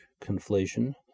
conflation